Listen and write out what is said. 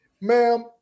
Ma'am